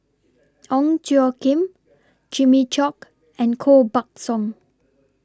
Ong Tjoe Kim Jimmy Chok and Koh Buck Song